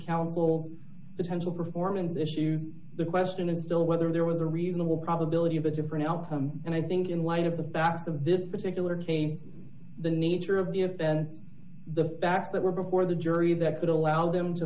counsel's potential performance issues the question is still whether there was a reasonable probability of a different outcome and i think in light of the facts of this particular case the nature of the facts that were before the jury that could allow them to